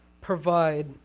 provide